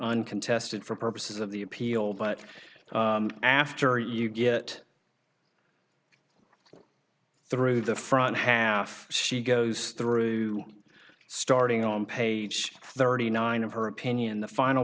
uncontested for purposes of the appeal but after you get through the front half she goes through starting on page thirty nine of her opinion the final